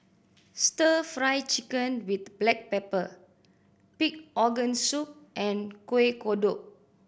Stir Fry Chicken with black pepper pig organ soup and Kuih Kodok